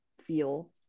feel